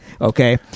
Okay